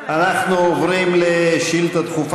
אז אני חייב להתייחס גם